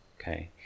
okay